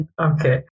okay